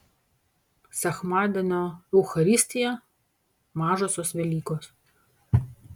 sekmadienio eucharistija mažosios velykos